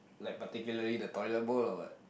like particularly the toilet bowl or what